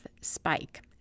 Spike